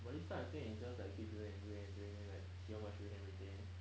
but this type of thing is just like keep doing and doing and doing see how much you can retain